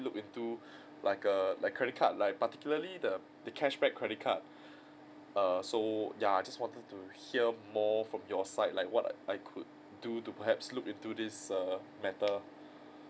look into like err like credit card like particularly the the cashback credit card err so ya I just wanted to hear more from your side like what I could do to perhaps look into this err matter